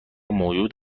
موجود